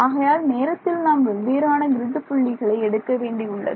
ஆகையால் நேரத்தில் நாம் வெவ்வேறான கிரிட் புள்ளிகளை எடுக்க வேண்டியுள்ளது